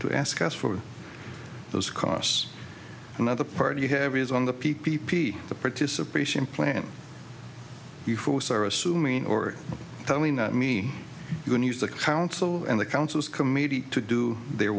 to ask us for those costs another part you have is on the p p p the participation plan you force are assuming or telling me you can use the council and the councils committee to do their